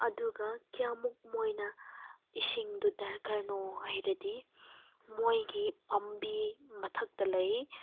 ꯑꯗꯨꯒ ꯀꯌꯥꯃꯨꯛ ꯃꯣꯏꯅ ꯏꯁꯤꯡꯗꯣ ꯗꯔꯀꯥꯔꯅꯣ ꯍꯥꯏꯔꯗꯤ ꯃꯣꯏꯒꯤ ꯄꯥꯝꯕꯤ ꯃꯊꯛꯇ ꯂꯩ